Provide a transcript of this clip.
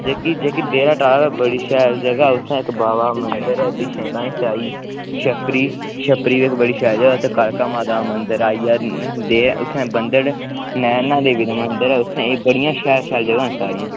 जेह्की जेह्की देह्रा टाप ऐ बड़ी शैल जगह उत्थें इक बावा दा मंदर ऐ पिच्छें गाईं सेआईं छपरी छपरी इक बड़ी शैल जगह उत्थें कालका माता दा मंदर आई गेआ देह् ऐ उत्थै बंदड़ नैना देवी दा मंदर ऐ उत्थें बड़ियां शैल शैल जगह न सारियां